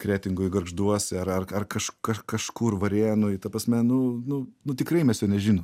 kretingoj gargžduose ar ar ar kaž kažkur varėnoj ta prasme nu nu nu tikrai mes jo nežinom